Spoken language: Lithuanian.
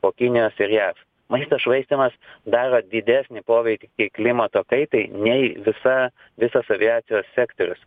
po kinijos ir jav maisto švaistymas daro didesnį poveikį tiek klimato kaitai nei visa visas aviacijos sektorius